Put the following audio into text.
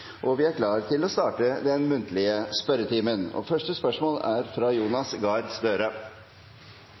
og vi er klar til å starte den muntlige spørretimen. Første hovedspørsmål er fra representanten Jonas Gahr Støre.